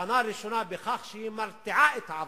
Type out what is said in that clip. תחנה ראשונה בכך שהיא מרתיעה את העבריין.